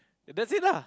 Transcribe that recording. that's it lah